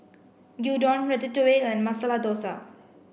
Gyudon Ratatouille and Masala Dosa